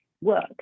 work